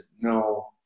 no